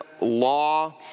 law